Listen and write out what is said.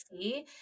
see